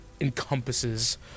encompasses